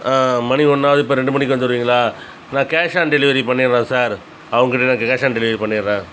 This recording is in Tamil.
மணி ஒன்னாகுது இப்போ ரெண்டு மணிக்கு வந்துடுவிங்களா நான் கேஷ் ஆன் டெலிவரி பண்ணிடுறேன் சார் அவங்ககிட்ட கேஷ் ஆன் டெலிவரி பண்ணிடுறேன்